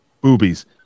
boobies